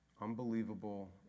unbelievable